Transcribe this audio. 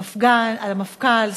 המפכ"ל,